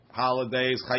holidays